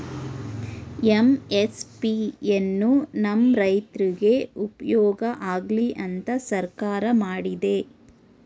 MSP ಎನ್ನು ನಮ್ ರೈತ್ರುಗ್ ಉಪ್ಯೋಗ ಆಗ್ಲಿ ಅಂತ ಸರ್ಕಾರ ಮಾಡಿದೆ